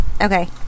Okay